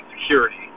security